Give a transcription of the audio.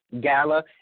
gala